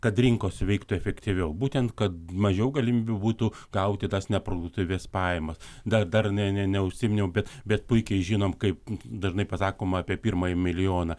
kad rinkos veiktų efektyviau būtent kad mažiau galimybių būtų gauti tas neproduktyvias pajamas da dar ne ne neužsiminiau bet bet puikiai žinom kaip dažnai pasakoma apie pirmąjį milijoną